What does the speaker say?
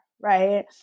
right